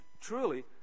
truly